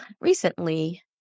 recently